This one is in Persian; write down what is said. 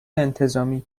انتظامی